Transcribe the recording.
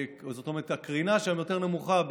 זאת אומרת, הקרינה שם יותר נמוכה,